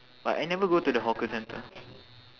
but I never go to the hawker centre